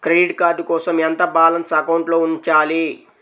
Credit card కోసం ఎంత balance అకౌంట్లో ఉంచాలి?